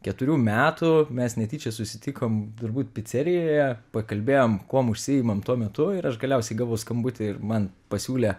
keturių metų mes netyčia susitikom turbūt picerijoje pakalbėjom kuom užsiimam tuo metu ir aš galiausiai gavau skambutį ir man pasiūlė